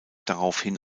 daraufhin